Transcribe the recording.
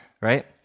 right